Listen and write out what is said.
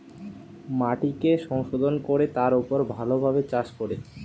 মাটিকে সংশোধন কোরে তার উপর ভালো ভাবে চাষ করে